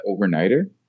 overnighter